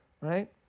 right